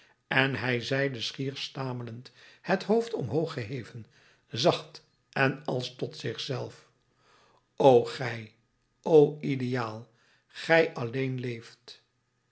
en hij zeide schier stamelend het hoofd omhooggeheven zacht en als tot zich zelf o gij o ideaal gij alleen leeft